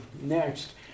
next